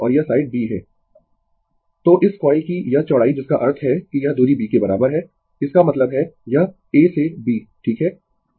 Refer Slide Time 0432 तो इस coil की यह चौड़ाई जिसका अर्थ है कि यह दूरी B के बराबर है इसका मतलब है यह A से B ठीक है